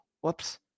Whoops